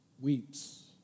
weeps